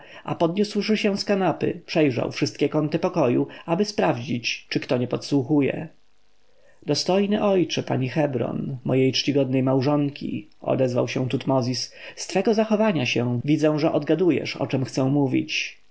a podniósłszy się z kanapy przejrzał wszystkie kąty pokoju aby sprawdzić czy kto nie podsłuchuje dostojny ojcze pani hebron mojej czcigodnej małżonki odezwał się tutmozis z twego zachowania się widzę że odgadujesz o czem chcę mówić